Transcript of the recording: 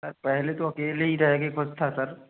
sir पहले तो अकेले ही रहके ख़ुश था सर